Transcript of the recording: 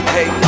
Hey